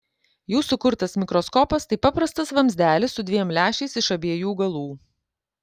jų sukurtas mikroskopas tai paprastas vamzdelis su dviem lęšiais iš abiejų galų